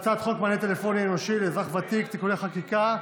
הצעת חוק מענה טלפוני אנושי לאזרח ותיק (תיקוני חקיקה),